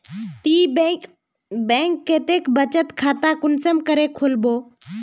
ती बैंक कतेक बचत खाता कुंसम करे खोलबो?